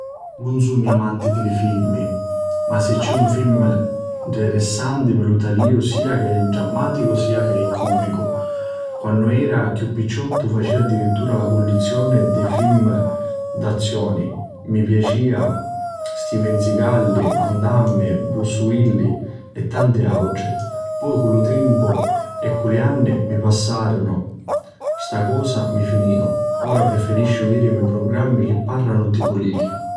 Nun sugnu tantu amanti di filmi. Ma si c'è un filmi ntirissanti mi lu taliu sia ch'è drammaticu sia ch'è comicu. Quannu era chiù picciottu facia addirittura la cullizioni di filmi d'azioni. Mi piacia Steven Sigalli, Van Dammi, Brusuvilli e tanti àutri. Poi cu lu tempu e cu li anni chi passaru sta cosa mi finiu. Ora preferisciu vìdimi prugrammi chi parranu di pulitica.